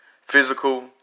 Physical